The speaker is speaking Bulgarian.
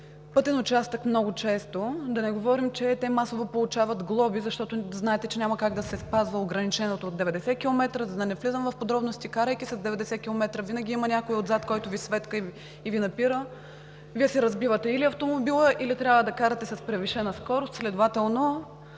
пътен участък, много често – да не говорим, че те масово получават глоби, защото знаете, че няма как да се спазва ограничението от 90 км. За да не влизам в подробности, карайки с 90 км винаги има някой отзад, който Ви светка и Ви напира. Вие си разбивате или автомобила, или трябва да карате с превишена скорост. Следователно